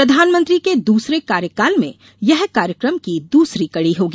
प्रधानमंत्री के दूसरे कार्यकाल में यह कार्यक्रम की दूसरी कड़ी होगी